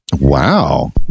wow